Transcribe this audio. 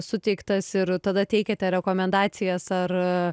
suteiktas ir tada teikiate rekomendacijas ar